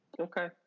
Okay